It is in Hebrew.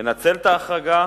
לנצל את ההחרגה